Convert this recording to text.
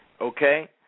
Okay